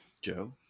Joe